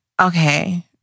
okay